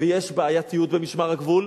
יש בעייתיות במשמר הגבול,